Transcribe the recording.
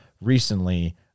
recently